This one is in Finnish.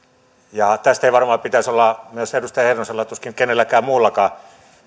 tästä ei varmaan pitäisi olla myöskään edustaja heinosella tuskin kenelläkään muullakaan